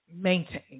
maintain